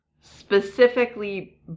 specifically